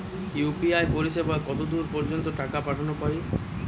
UPI পরিসেবা কতদূর পর্জন্ত টাকা পাঠাতে পারি?